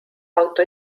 auto